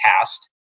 cast